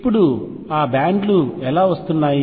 ఇప్పుడు ఆ బ్యాండ్లు ఎలా వస్తున్నాయి